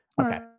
okay